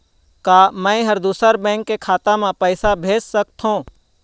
का मैं ह दूसर बैंक के खाता म पैसा भेज सकथों?